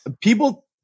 people